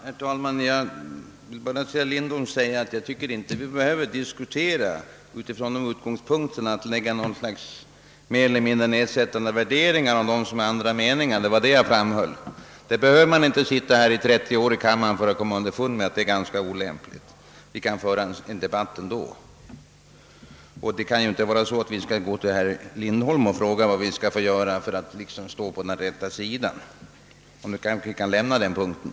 Herr talman! Vad jag framhöll, herr Lindholm, var att jag inte tycker att vi behöver diskutera utifrån någon mer eller mindre nedsättande värdering av dem som har andra meningar. Man behöver inte sitta i 30 år i denna kammare för att komma underfund med att detta är olämpligt, och jag anser att vi kan föra debatten på ett annat sätt. — Det kan ju inte vara så, att vi skall gå till herr Lindholm och fråga vad vi skall göra för att stå på den rätta sidan. Men nu kanske vi kan lämna den saken.